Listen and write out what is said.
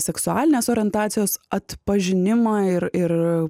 seksualinės orientacijos atpažinimą ir ir